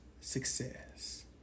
success